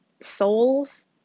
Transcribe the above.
souls